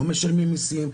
לא משלמים מיסים,